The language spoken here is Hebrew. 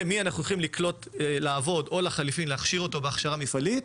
את מי אנחנו הולכים לקלוט לעבוד או לחלופין להכשיר אותו בהכשרה מפעלית.